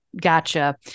gotcha